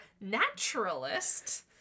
naturalist